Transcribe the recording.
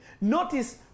Notice